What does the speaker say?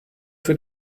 für